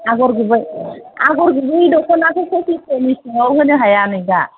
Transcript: आगर गुबै आगर गुबै दख'नाखौ पच्चिसनि सिङाव होनो हाया नै दा